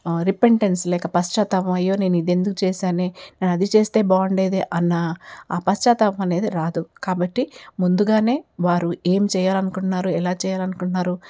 repentance లేక పశ్చాత్తాపం అయ్యో నేను ఇది ఎందుకు చేసానే నేను అది చేస్తే బాగుండేదే అన్న ఆ పశ్చాతాపం అనేది రాదు కాబట్టి ముందుగానే వారు ఏం చేయాలనుకుంట్నారు ఎలా చేయాలనుకుంటున్నారు